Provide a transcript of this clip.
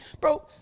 Bro